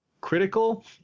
critical